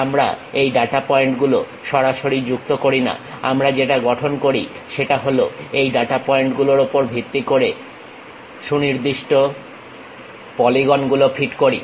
আমরা এই ডাটা পয়েন্টগুলো সরাসরি যুক্ত করি না আমরা যেটা গঠন করি সেটা হলো এই ডাটা পয়েন্টগুলোর উপর ভিত্তি করে নির্দিষ্ট পলিগন গুলো ফিট করি